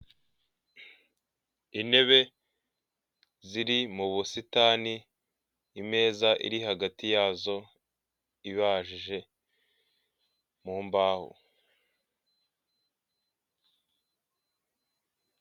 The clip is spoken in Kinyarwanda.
Intebe ziri mu busitani, imeza iri hagati yazo ibajije mu mbaho.